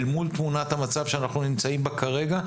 אל מול תמונת המצב שאנחנו נמצאים בו כרגע,